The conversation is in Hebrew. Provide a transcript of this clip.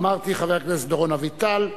חבר הכנסת דורון אביטל,